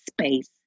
space